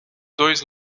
dois